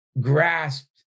grasped